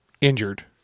injured